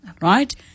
right